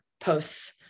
posts